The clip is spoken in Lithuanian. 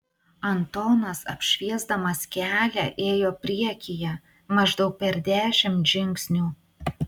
antonas apšviesdamas kelią ėjo priekyje maždaug per dešimt žingsnių